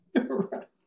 Right